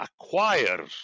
acquire